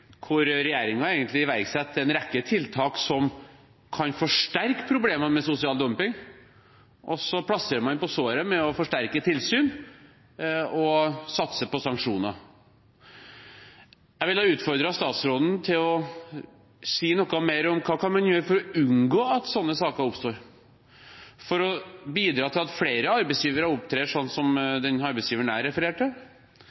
hvor regjeringen egentlig iverksetter en rekke tiltak som kan forsterke problemene med sosial dumping, og så plastrer man på såret med å forsterke tilsyn og satse på sanksjoner. Jeg vil utfordre statsråden til å si noe mer om hva man kan gjøre for å unngå at slike saker oppstår, for å bidra til at flere arbeidsgivere opptrer slik som den arbeidsgiveren jeg refererte